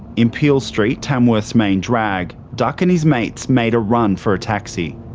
in peel street, tamworth's main drag, duck and his mates made a run for a taxi.